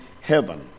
heaven